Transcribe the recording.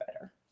better